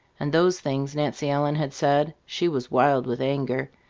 and those things nancy ellen had said she was wild with anger.